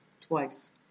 twice